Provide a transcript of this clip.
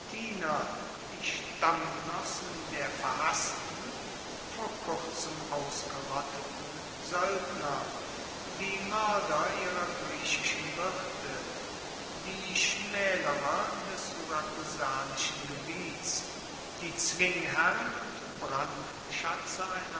die stammgenossen der verhassten vor kurzem ausgerotteten soeldner die moerder ihrer griechischen wirte die schmaelerer des syrakusanischen gebiets die zwingherren und brandschatzer einer